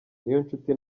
niyonshuti